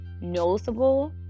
noticeable